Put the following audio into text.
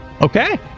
okay